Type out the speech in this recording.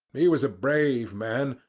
he was a brave man,